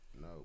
no